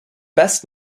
best